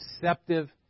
deceptive